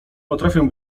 potrafię